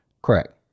Correct